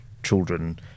children